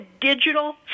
digital